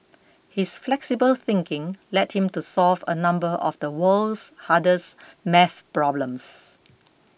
his flexible thinking led him to solve a number of the world's hardest math problems